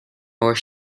more